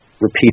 repeat